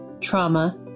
trauma